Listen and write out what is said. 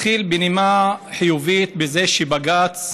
אתחיל בנימה חיובית, בזה שבג"ץ